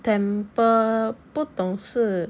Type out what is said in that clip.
temple 不懂是